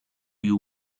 you